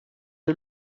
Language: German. der